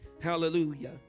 Hallelujah